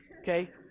okay